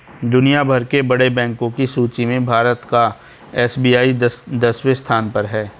दुनिया भर के बड़े बैंको की सूची में भारत का एस.बी.आई दसवें स्थान पर है